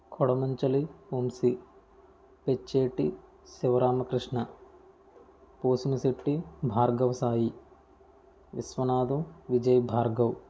Kodamanchili Vamsi Pencheti Sivaramakrishna Posinasetti Bhargav Sai Viswanatham Vijay Bhargav